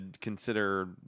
consider